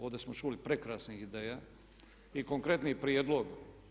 Ovdje smo čuli prekrasnih ideja i konkretnih prijedloga.